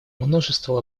множество